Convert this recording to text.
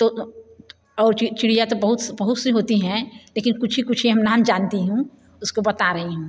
तो और चिड़िया तो बहुत बहुत सी होती हैं लेकिन कुछ ही कुछ ही हम नाम जानती हूँ उसको बता रही हूँ